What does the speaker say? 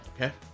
okay